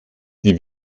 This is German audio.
die